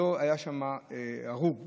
לא היה שם הרוג בנפש,